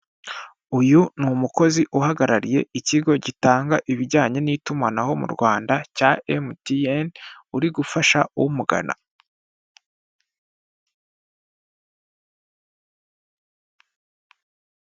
Uyu ni umukozi uhagarariye ikigo gitanga ibijyanye n'itumanaho mu Rwanda cya emutiyeni, uri gufasha umugana.